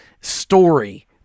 story